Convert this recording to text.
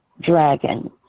dragon